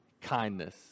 Kindness